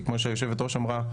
כמו שהיושבת ראש אמרה,